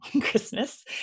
Christmas